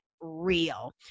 real